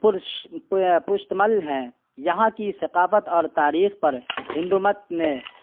پر مشتمل ہیں یہاں کی ثقافت اور تاریخ پر ہندو مت نے